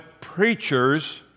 preachers